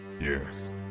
Yes